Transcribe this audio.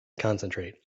concentrate